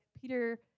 peter